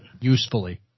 usefully